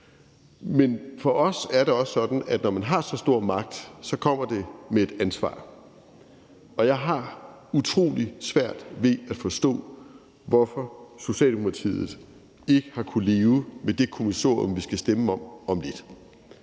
Men for os er det også sådan, at når man har så stor magt, kommer det med et ansvar. Og jeg har utrolig svært ved at forstå, hvorfor Socialdemokratiet ikke har kunnet leve med det kommissorium, vi skal stemme om om lidt